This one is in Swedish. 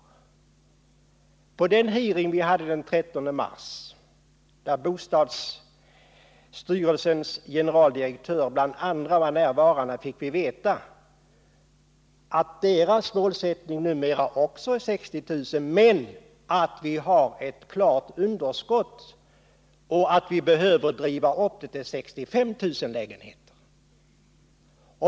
Men på den hearing som skedde den 13 mars och där bl.a. bostadsstyrelsens generaldirektör var närvarande fick vi veta att också bostadsstyrelsens målsättning numera är 60 000 lägenheter, att det råder ett klart underskott och att man behöver driva upp produktionen till 65 000 lägenheter.